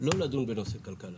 לא לדון בנושא כלכלה.